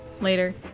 Later